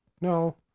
No